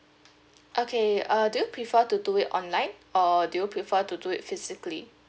okay uh do you prefer to do it online or do you prefer to do it physically